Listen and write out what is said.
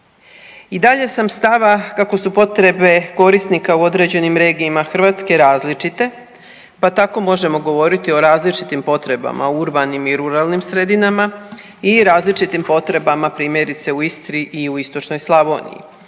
I dalje sam stava kako su potrebe korisnika u određenim regijima Hrvatske različite, pa tako možemo govoriti o različitim potrebama u urbanim i ruralnim sredinama i različitim potrebama primjerice u Istri i u istočnoj Slavoniji,